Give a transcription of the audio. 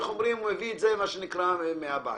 הוא הביא את זה, מה שנקרא, "מהבית".